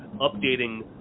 updating